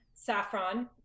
Saffron